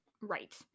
Right